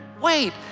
wait